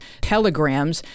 telegrams